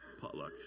potluck